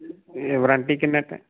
ਇਹ ਵਾਰੰਟੀ ਕਿੰਨਾ ਕੁ